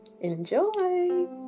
Enjoy